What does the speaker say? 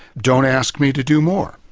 don't ask me to do more.